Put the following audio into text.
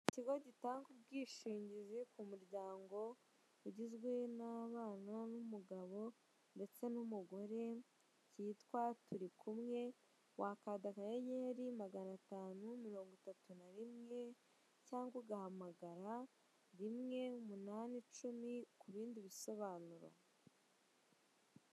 Ikigo gitanga ubwishingizi ku muryango, ugizwe n'abana n'umugabo ndetse n'umugore cyitwa Turikumwe, wakanda akanyenyeri, magana atanu mirongo itatu na rimwe, cyangwa ugahamagara rimwe, umunani, icumi, ku bindi bisobanuro.